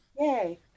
Yay